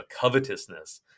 covetousness